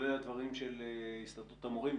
כולל הדברים של הסתדרות המורים.